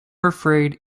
afraid